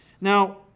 Now